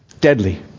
Deadly